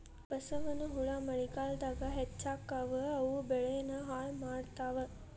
ಬಸವನಹುಳಾ ಮಳಿಗಾಲದಾಗ ಹೆಚ್ಚಕ್ಕಾವ ಇವು ಬೆಳಿನ ಹಾಳ ಮಾಡತಾವ